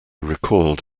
recoiled